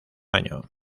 año